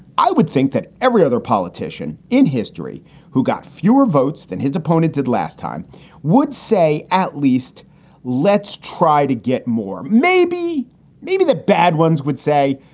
i would think that every other politician in history who got fewer votes than his opponent did last time would say, at least let's try to get more. maybe maybe the bad ones would say,